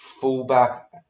Fullback